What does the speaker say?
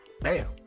Bam